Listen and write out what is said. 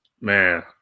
man